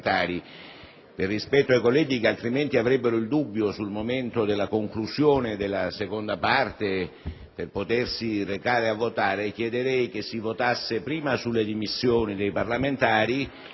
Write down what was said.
Per rispetto ai colleghi che altrimenti avrebbero il dubbio sul momento della conclusione della seconda parte per potersi recare a votare, chiedo che si voti prima sulle dimissioni dei parlamentari